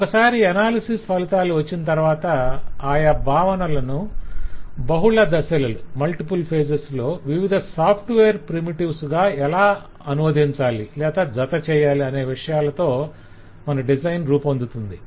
ఒక సారి అనాలిసిస్ ఫలితాలు వచ్చిన తరవాత ఆయా భావనలను బహుళ దశలలోని వివిధ సాఫ్ట్వేర్ ప్రీమిటివ్స్ గా ఎలా అనువాదించాలి లేదా జత చేయాలి అనే విషయాలతో మన డిజైన్ రూపొందుతుంది